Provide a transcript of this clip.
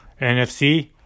NFC